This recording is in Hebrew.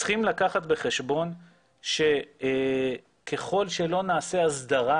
צריכים לקחת בחשבון שככל שלא נעשה הסדרה